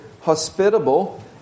hospitable